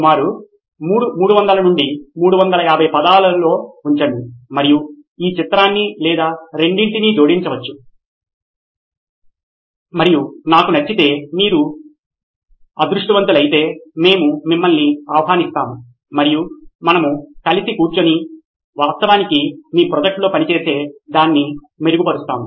సుమారు 300 నుండి 350 పదాలలో ఉంచండి మరియు ఒక చిత్రాన్ని లేదా రెండింటిని జోడించవచ్చు మరియు మాకు నచ్చితే మరియు మీరు అదృష్టవంతులైతే మేము మిమ్మల్ని ఆహ్వానిస్తాము మరియు మనము కలిసి కూర్చుని వాస్తవానికి మీ ప్రాజెక్ట్ లో పని చేసి దాన్ని మెరుగుపరుస్తాము